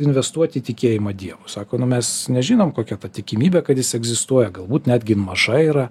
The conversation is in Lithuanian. investuot į tikėjimą dievu sako nu mes nežinom kokia tikimybė kad jis egzistuoja galbūt netgi maža yra